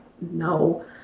no